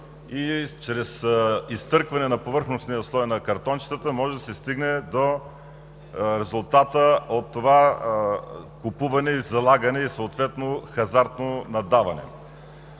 и чрез изтъркване на повърхностния слой на картончетата може да се стигне до резултата от това купуване и залагане и съответно хазартно наддаване.